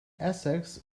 essex